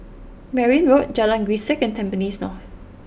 Merryn Road Jalan Grisek and Tampines North